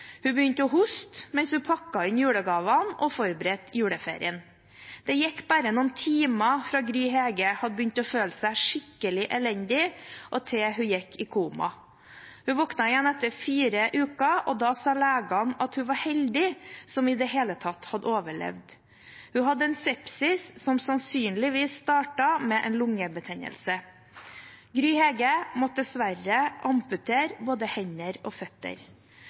Hun begynte å hoste mens hun pakket inn julegavene og forberedte juleferien. Det gikk bare noen timer fra Gry Hege hadde begynt å føle seg skikkelig elendig, til hun gikk i koma. Hun våknet igjen etter fire uker, og da sa legene at hun var heldig som i det hele tatt hadde overlevd. Hun hadde en sepsis som sannsynligvis startet med en lungebetennelse. Gry Hege måtte dessverre amputere både hender og føtter.